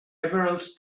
emerald